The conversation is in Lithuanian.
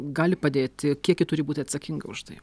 gali padėti kiek ji turi būti atsakinga už tai